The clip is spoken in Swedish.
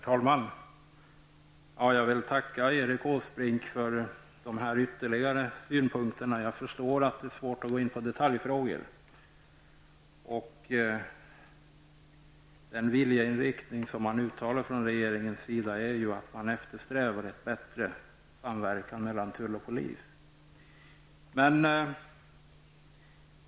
Herr talman! Jag tackar Erik Åsbrink för dessa ytterligare synpunkter. Jag förstår att det är svårt för honom att gå in på detaljfrågor. Den viljeinriktning som uttalas från regeringen är att man skall eftersträva en bättre samverkan mellan tull och polis.